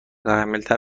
محتملتر